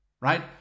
Right